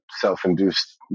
self-induced